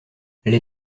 les